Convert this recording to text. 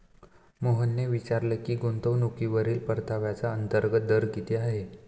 मोहनने विचारले की गुंतवणूकीवरील परताव्याचा अंतर्गत दर किती आहे?